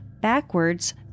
backwards